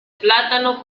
plátano